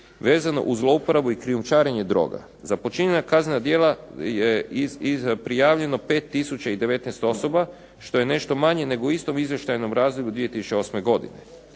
vezano uz zlouporabu i krijumčarenje droga. Za počinjena kaznena djela je prijavljeno 5 tisuća i 019 osoba što je nešto manje nego u istom izvještajnom razdoblju 2008. godine.